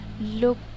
look